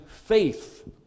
faith